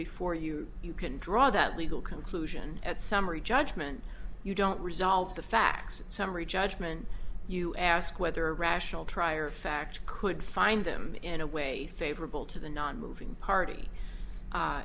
before you you can draw that legal conclusion at summary judgment you don't resolve the facts summary judgment you as ask whether a rational trier of fact could find them in a way favorable to the nonmoving party